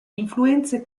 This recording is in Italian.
influenze